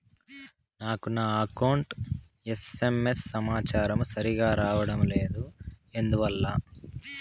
నాకు నా account SMS సమాచారము సరిగ్గా రావడం లేదు ఎందువల్ల?